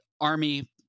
Army